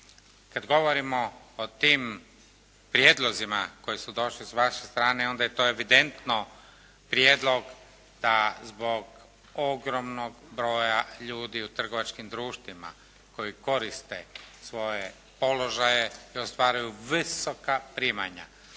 Kad govorimo o tim prijedlozima koji su došli s vaše strane onda je to evidentno prijedlog da zbog ogromnog broja ljudi u trgovačkim društvima koji koriste svoje položaje i ostvaruju visoka primanja,